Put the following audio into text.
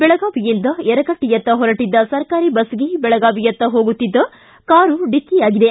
ಬೆಳಗಾವಿಯಿಂದ ಯರಗಟ್ಟಿಯತ್ತ ಹೊರಟದ್ದ ಸರ್ಕಾರಿ ಬಸ್ಗೆ ಬೆಳಗಾವಿಯತ್ತ ಹೋಗುತ್ತಿದ್ದ ಕಾರು ಡಿಕ್ಕಿಯಾಗಿದೆ